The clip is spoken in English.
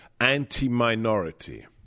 anti-minority